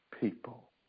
people